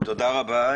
תודה רבה